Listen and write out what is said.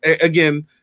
again